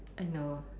I know